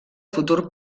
futur